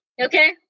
okay